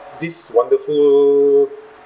these wonderful